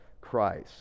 Christ